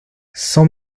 sept